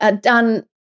done